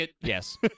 Yes